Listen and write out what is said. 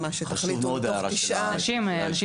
מה שתחליטו מתוך תשעה --- חשוב מאוד ההערה.